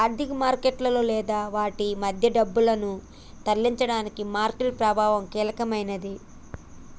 ఆర్థిక మార్కెట్లలో లేదా వాటి మధ్య డబ్బును తరలించడానికి మార్కెట్ ప్రభావం కీలకమైనది